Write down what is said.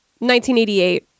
1988